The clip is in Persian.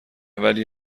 ولی